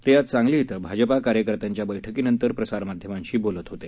ते आज सांगली इथं भाजप कार्यकर्त्यांच्या बैठकीनंतर प्रसारमाध्यमांशी बोलत होते